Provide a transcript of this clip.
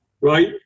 right